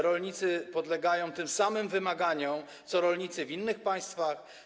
Rolnicy podlegają takim samym wymaganiom jak rolnicy w innych państwach.